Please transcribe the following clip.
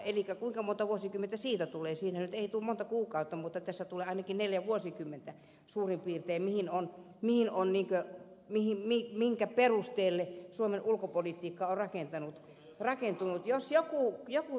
elikkä kuinka monta vuosikymmentä siitä tulee siitä ei nyt tule monta kuukautta mutta tässä tulee ainakin neljä vuosikymmentä suurin piirtein ihan mihin on niitä vihille minkä perusteelle suomen ulkopolitiikka on rakentanut rakentunut jos ja kun joku